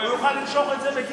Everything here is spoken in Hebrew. הוא יוכל למשוך את זה בגיל,